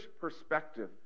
perspective